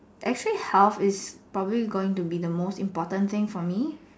actually health is probably going to be the most important thing for me